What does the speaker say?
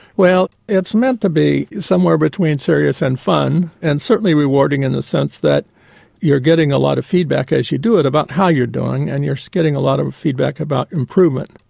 well, it's meant to be somewhere between serious and fun, and certainly rewarding in the sense that you're getting a lot of feedback as you do it about how you're doing, and you're so getting a lot of feedback about improvement.